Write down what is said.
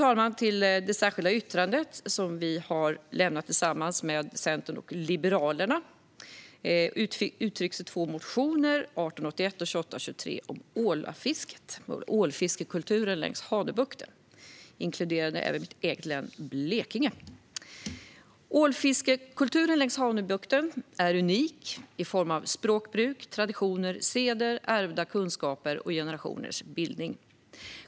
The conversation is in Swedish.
Jag går över till det särskilda yttrande som vi har lämnat tillsammans med Centern och Liberalerna. Det uttrycks i två motioner, 1881 och 2823, om ålfiskekulturen längs Hanöbukten, vilket även inkluderar mitt hemlän Blekinge. Ålfiskekulturen längs Hanöbukten är unik när det gäller språkbruk och traditioner, seder, ärvda kunskaper och generationers bildning.